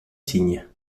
signes